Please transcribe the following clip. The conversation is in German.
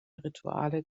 rituale